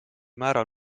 määral